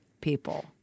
people